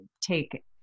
take